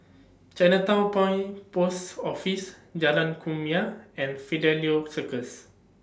Chinatown Point Post Office Jalan Kumia and Fidelio Circus